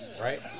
Right